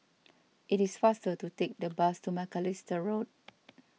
it is faster to take the bus to Macalister Road